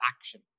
action